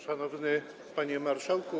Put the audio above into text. Szanowny Panie Marszałku!